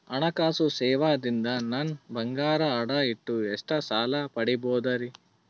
ಹಣಕಾಸು ಸೇವಾ ದಿಂದ ನನ್ ಬಂಗಾರ ಅಡಾ ಇಟ್ಟು ಎಷ್ಟ ಸಾಲ ಪಡಿಬೋದರಿ?